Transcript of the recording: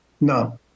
no